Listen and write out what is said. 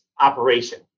operation